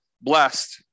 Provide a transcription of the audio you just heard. blessed